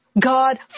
God